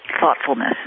thoughtfulness